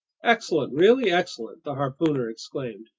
excellent, really excellent! the harpooner exclaimed,